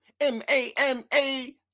M-A-M-A